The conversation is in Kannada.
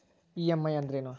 ಇ.ಎಮ್.ಐ ಅಂದ್ರೇನು?